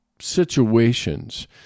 situations